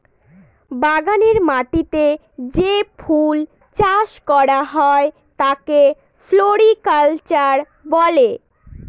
বাগানের মাটিতে যে ফুল চাষ করা হয় তাকে ফ্লোরিকালচার বলে